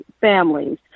families